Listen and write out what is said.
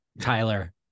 Tyler